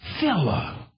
filler